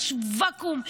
יש ואקום,